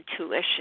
intuition